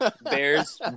bears